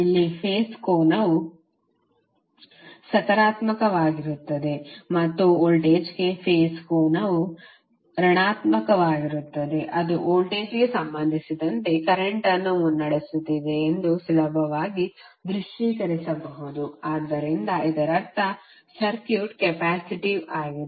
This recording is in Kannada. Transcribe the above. ಇಲ್ಲಿ ಫೇಸ್ ಕೋನವು ಸಕಾರಾತ್ಮಕವಾಗಿರುತ್ತದೆ ಮತ್ತು ವೋಲ್ಟೇಜ್ಗೆ ಫೇಸ್ ಕೋನವು ಋಣಾತ್ಮಕವಾಗಿರುತ್ತದೆ ಅದು ವೋಲ್ಟೇಜ್ಗೆ ಸಂಬಂಧಿಸಿದಂತೆ ಕರೆಂಟ್ ಅನ್ನು ಮುನ್ನಡೆಸುತ್ತಿದೆ ಎಂದು ಸುಲಭವಾಗಿ ದೃಶ್ಯೀಕರಿಸಬಹುದು ಆದ್ದರಿಂದ ಇದರರ್ಥ ಸರ್ಕ್ಯೂಟ್ ಕೆಪ್ಯಾಸಿಟಿವ್ ಆಗಿದೆ